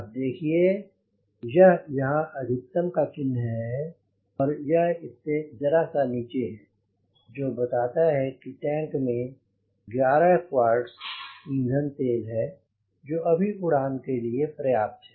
आप देखिये यह यहाँ अधिकतम का चिन्ह है और यह इस से जरा सा नीचे है जो बताता है की टैंक में 11 क्वार्टस ईंधन तेल है जो अभी की उड़ान के लिए पर्याप्त है